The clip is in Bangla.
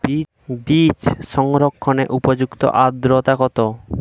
বীজ সংরক্ষণের উপযুক্ত আদ্রতা কত?